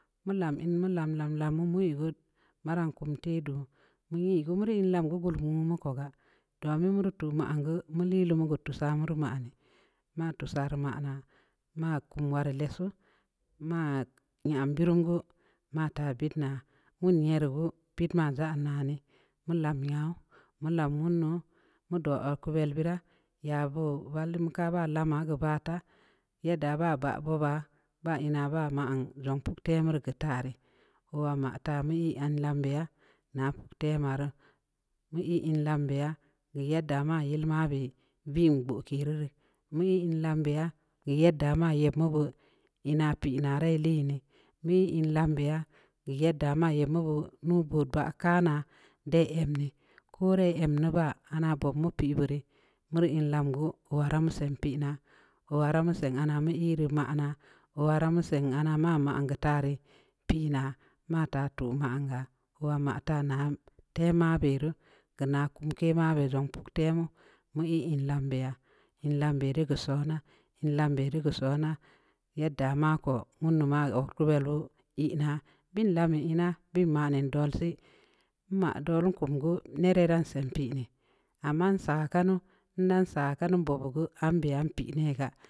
Mu lam in, mu lam-lam-lam mu mui geu, maa raan kum teh duu, mu nyii gu, muri in lam gu, gullum nwu mu ko gaa, domi mu rii tuu man geu, mu lii lumu geu tussaa muri maan deu, ma'a tuu saa rii manaa, maa kum wareu lessu, maa nyam birim gu, maa taa bidnna, nwun nyerii gu, bid ma zaan naneh, mu lam nyau, mu lam nwundu mu doo odkuvel beuraa, yaa boo vallin mu ka, baa lama keu baa taa, yedda baa baah bobaa, baa ina baa man zong puk temu keu taa, owaa mataa mu ii an lambeya na puktema ruu, beu ii mu ii in lamn beya, in lam beya, geu yedda maa yill mabeh ving gbooke ru rii, mu yi in lam bneya, geeu yadda maa yeb mu beud ina pii naa, ii da liin dii, mu yi in lam beya, geu yedda maa yeb mu beud nuubood baah kaa naa, dai em dii, ko rai em rii baa, anaa bob m. u pii beu rii, mu rii in lam gu, oowaa raa mu sen pii naa, oowaa ra musen anaa mu ii rii manaa, oowaa ra mu sen ana maa maan geu taa pii naa, ma taa tuu man ga, oowaa maa taa na tem mabe ruu, geu naa kumke mabe zong puktemu, mu ii in lam beya, in lamn beh ri keu sona-in lamn beh ri keu sona, yedda ma ko, ma odkuvel mu beud ii naa, bin lamnmun ina, manen dol sii, nmaa dol nkum geu, nere dan siinpii nii, amma nsaa kanu, ndan saa kanu nbob yi guambe npii ne gaa.